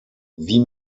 wie